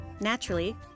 Naturally